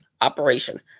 operation